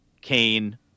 Kane